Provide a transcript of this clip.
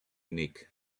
nick